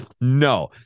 No